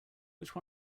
which